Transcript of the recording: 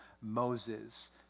Moses